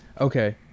Okay